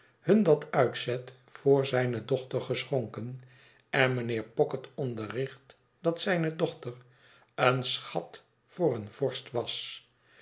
hun dat uitzet voor zijne dochter geschonken en mijnheer pocket onderricht dat zijne dochter een schat voor een vorst was